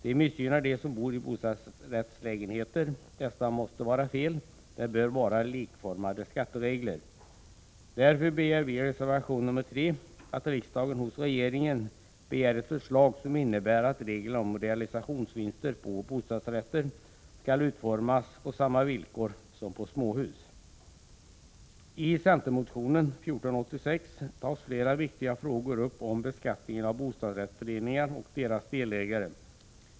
De missgynnar dem som bor i bostadsrättslägenheter. Detta måste vara fel. Skattereglerna bör vara likformade. Därför yrkar vi i reservation nr 3 att riksdagen hos regeringen begär ett förslag som innebär att reglerna om realisationsvinster på bostadsrätter skall utformas så att villkoren blir desamma som för småhus. I centermotionen 1486 tas flera viktiga frågor upp om beskattningen av bostadsrättsföreningar och deras delägare.